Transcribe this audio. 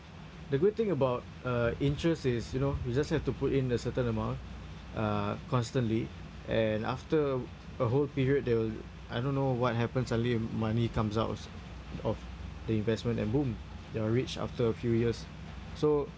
the good thing about uh interest is you know you just have to put in a certain amount uh constantly and after a whole period they will I don't know what happens money comes out of the investment and boom you're rich after a few years so